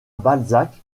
balzac